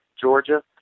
Georgia